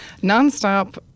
Nonstop